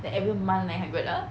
like every month nine hundred ah